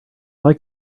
like